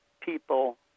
people